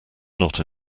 not